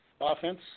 offense